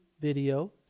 video